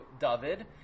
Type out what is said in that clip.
David